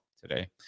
today